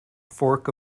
fork